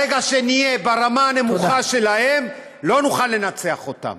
ברגע שנהיה ברמה הנמוכה שלהם לא נוכל לנצח אותם.